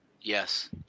Yes